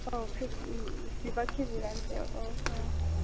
औ जिबा किजि लानोसै औ औ